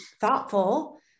thoughtful